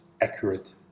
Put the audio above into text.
accurate